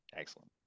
Excellent